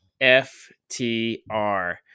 FTR